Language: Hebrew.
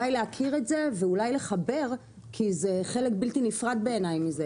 להכיר ואולי לחבר כי זה חלק בלתי נפרד מזה,